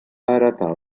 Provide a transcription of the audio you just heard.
heretar